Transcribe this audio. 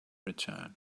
return